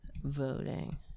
voting